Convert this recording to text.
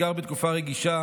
בעיקר בתקופה רגישה